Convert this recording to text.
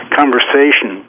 conversation